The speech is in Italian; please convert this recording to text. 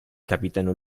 capitano